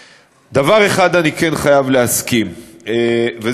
אני יכול לומר שרק בחודש שעבר התקיים כנס